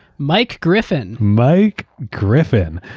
mike griffin. mike griffin.